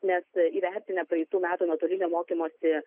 nes įvertinę praeitų metų nuotolinio mokymosi